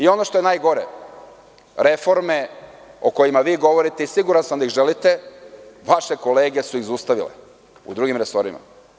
Ono što je najgore, reforme o kojima vi govorite i siguran sam da ih želite, vaše kolege su ih zaustavile u drugim resorima.